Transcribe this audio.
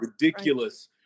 ridiculous